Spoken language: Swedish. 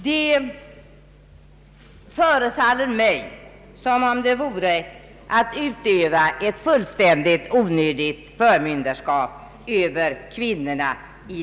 Det förefaller mig som om detta vore att utöva ett fullständigt onödigt förmynderskap över kvinnorna.